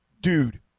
dude